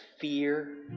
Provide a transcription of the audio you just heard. fear